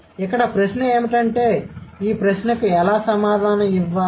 కాబట్టి ఇక్కడ ప్రశ్న ఏమిటంటేఈ ప్రశ్నకు ఎలా సమాధానం ఇవ్వాలి